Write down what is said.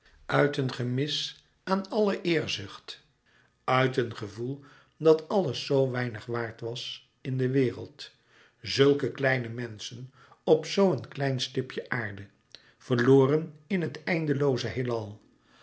uit een gemis aan alle eerzucht uit een gevoel dat alles zoo weinig waard was in de wereld zulke kleine menschen op zoo een klein stipje aarde verloren in het eindelooze heelal